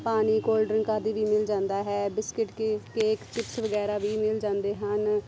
ਪਾਣੀ cold drink ਆਦਿ ਵੀ ਮਿਲ ਜਾਂਦਾ ਹੈ ਬਿਸਕਿਟ ਕੇਕ ਚਿੱਪਸ ਵਗੈਰਾ ਵੀ ਮਿਲ ਜਾਂਦੇ ਹਨ